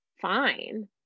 fine